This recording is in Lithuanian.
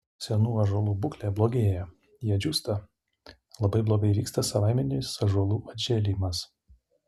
senų ąžuolų būklė blogėja jie džiūsta labai blogai vyksta savaiminis ąžuolų atžėlimas